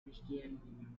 christian